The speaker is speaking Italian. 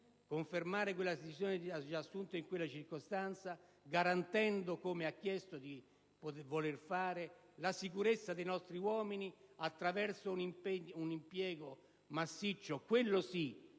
confermare la decisione già assunta in quella circostanza, garantendo, come ha detto di voler fare, la sicurezza dei nostri uomini attraverso un impiego massiccio - quello sì